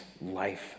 life